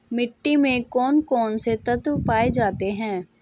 मिट्टी में कौन कौन से तत्व पाए जाते हैं?